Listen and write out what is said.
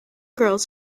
girls